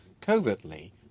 covertly